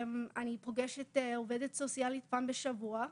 אני פוגשת עובדת סוציאלית אחת לשבוע,